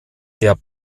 der